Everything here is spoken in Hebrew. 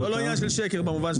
לא עניין של שקר במובן של לשקר.